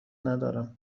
ندارم